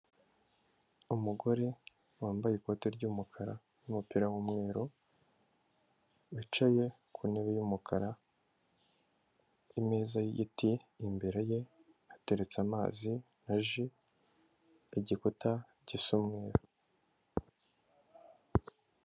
Umugore wambaye ikote ry'umukara n'umupira w'umweru, wicaye ku ntebe y'umukara imeza y'igiti, imbere ye hateretse amazi na ji, igikuta gisa umweru.